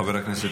חבר הכנסת